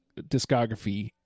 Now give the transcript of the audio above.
discography